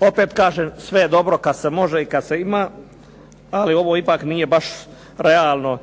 Opet kažem, sve je dobro kad se može i kad se ima, ali ovo ipak nije baš realno